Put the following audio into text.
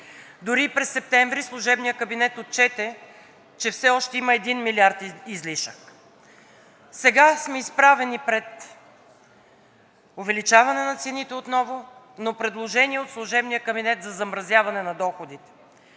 Дори и през септември служебният кабинет отчете, че все още има 1 милиард излишък. Сега сме изправени отново пред увеличаване на цените, на предложение от служебния кабинет за замразяване на доходите,